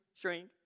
shrink